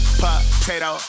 potato